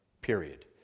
Period